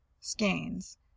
skeins